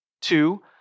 Two